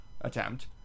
attempt